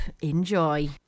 Enjoy